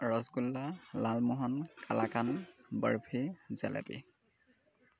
rasgulla lalmohan kalakand barfi jalebi